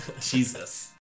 Jesus